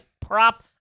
prop